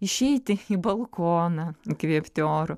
išeiti į balkoną įkvėpti oro